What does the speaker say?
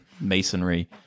masonry